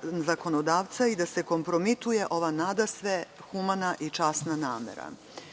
zakonodavca i da se kompromituje ova nadasve humana i časna namera. Naravno